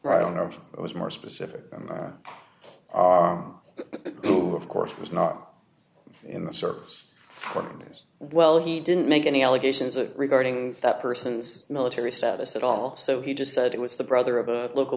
right i don't know if it was more specific the of course was not in the service corners well he didn't make any allegations of regarding that person's military status at all so he just said he was the brother of a local